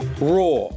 Raw